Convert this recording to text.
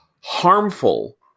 harmful